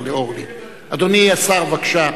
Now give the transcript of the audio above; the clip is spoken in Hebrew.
אדוני השר, בבקשה.